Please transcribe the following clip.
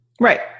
Right